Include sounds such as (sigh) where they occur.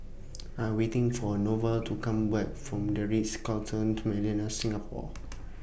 I Am waiting For Norval to Come Back from The Ritz Carlton (unintelligible) Singapore (noise)